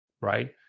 Right